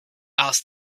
asked